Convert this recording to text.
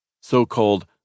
so-called